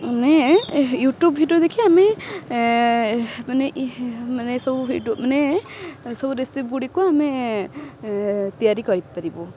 ମାନେ YouTube video ଦେଖି ଆମେ ମାନେ ମାନେ ସବୁ ଭିଡ଼ିଓ ମାନେ ସବୁ ରେସିପି ଗୁଡ଼ିକୁ ଆମେ ତିଆରି କରିପାରିବୁ